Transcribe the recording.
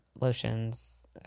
lotions